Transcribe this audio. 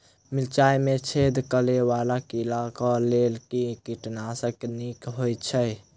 मिर्चाय मे छेद करै वला कीड़ा कऽ लेल केँ कीटनाशक नीक होइ छै?